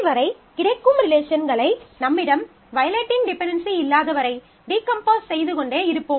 இறுதி வரை கிடைக்கும் ரிலேஷன்களை நம்மிடம் வயலேட்டிங் டிபென்டென்சி இல்லாதவரை டீகம்போஸ் செய்து கொண்டே இருப்போம்